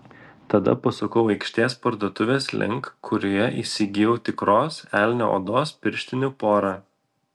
tada pasukau aikštės parduotuvės link kurioje įsigijau tikros elnio odos pirštinių porą